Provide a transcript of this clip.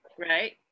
right